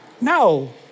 No